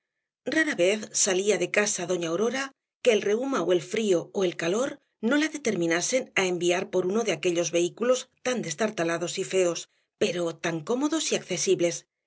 rara vez salía de casa doña aurora que el reuma ó el frío ó el calor no la determinasen á enviar por uno de aquellos vehículos tan destartalados y feos pero tan cómodos y accesibles